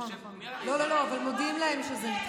זה לא נעים.